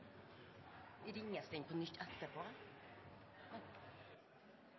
satsingen på nytt